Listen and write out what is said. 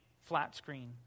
flat-screen